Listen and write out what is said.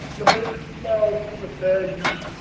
lamented loud for the fair youth,